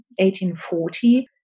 1840